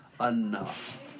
enough